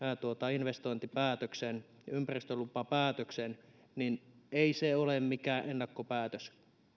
investointipäätöksen ja ympäristölupapäätöksen niin ei se ole mikään ennakkopäätös